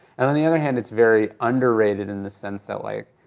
and on the other hand, it's very underrated in the sense that like,